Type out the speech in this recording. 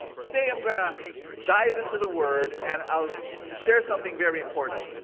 today, i'm gonna dive into the word and i'll share something very important.